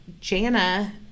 Jana